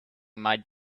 might